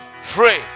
Free